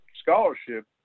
scholarship